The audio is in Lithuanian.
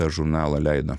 žurnalą leido